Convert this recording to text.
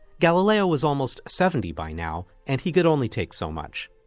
galileo was almost seventy by now and he could only take so much.